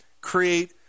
create